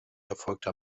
erfolgte